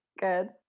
Good